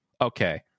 Okay